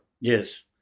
Yes